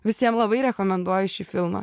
visiem labai rekomenduoju šį filmą